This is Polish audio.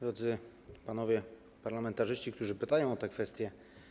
Drodzy panowie parlamentarzyści, którzy pytacie o te kwestie!